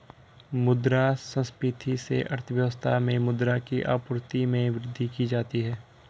मुद्रा संस्फिति से अर्थव्यवस्था में मुद्रा की आपूर्ति में वृद्धि की जाती है